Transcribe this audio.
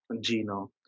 Gino